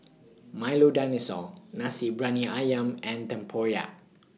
Milo Dinosaur Nasi Briyani Ayam and Tempoyak